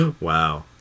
Wow